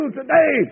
today